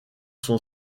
son